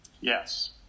Yes